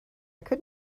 could